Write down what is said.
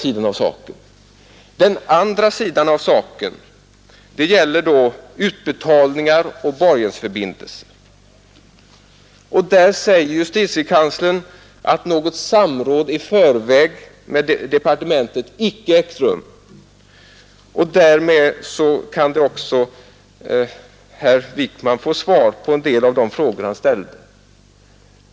I den andra frågan, som gäller utbetalningar och borgensförbindelser, säger justitiekanslern att något samråd i förväg med departementet icke ägt rum. Därmed kan också herr Wijkman få svar på en del av de frågor han ställde.